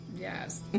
Yes